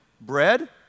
bread